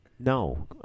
No